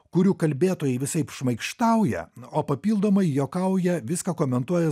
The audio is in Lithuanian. kurių kalbėtojai visaip šmaikštauja o papildomai juokauja viską komentuoja